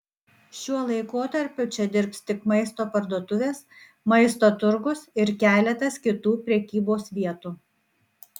šiuo laikotarpiu čia dirbs tik maisto parduotuvės maisto turgus ir keletas kitų prekybos vietų